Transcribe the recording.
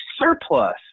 surplus